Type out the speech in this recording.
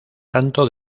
tanto